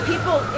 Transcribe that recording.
People